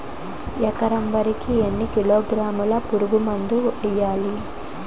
ఎకర వరి కి ఎన్ని కిలోగ్రాముల పురుగు మందులను వేయాలి?